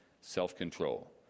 self-control